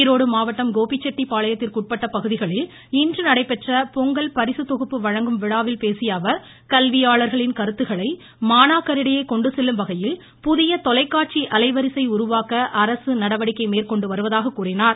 ஈரோடு மாவட்டம் கோபிச்செட்டிப்பாளையத்திற்குட்பட்ட பகுதிகளில் இன்று நடைபெற்ற பொங்கல் பரிசுத் தொகுப்பு வழங்கும் விழாவில் பேசியஅவர் கல்வியாளர்களின் கருத்துக்களை மாணாக்கரிடையே கொண்டுசெல்லும்வகையில் புதிய தொலைக்காட்சி உருவாக்க அரசு நடவடிக்கை மேற்கொண்டுவருவதாக கூறினார்